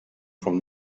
from